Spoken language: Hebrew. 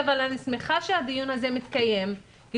אבל אני שמחה שהדיון הזה מתקיים כי